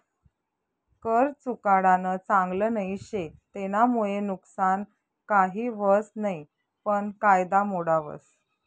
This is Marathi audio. कर चुकाडानं चांगल नई शे, तेनामुये नुकसान काही व्हस नयी पन कायदा मोडावस